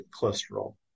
cholesterol